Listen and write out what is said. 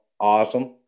awesome